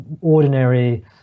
ordinary